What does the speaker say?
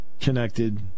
connected